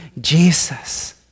Jesus